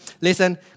listen